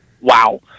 wow